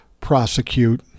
prosecute